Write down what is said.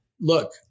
look